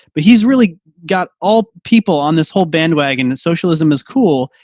but he's really got all people on this whole bandwagon and socialism is cool.